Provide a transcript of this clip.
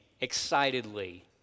excitedly